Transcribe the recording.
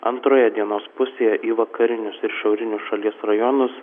antroje dienos pusėje į vakarinius ir šiaurinius šalies rajonus